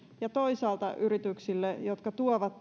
ja toisaalta yrityksille jotka tuovat